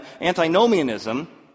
antinomianism